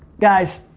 guys,